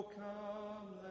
come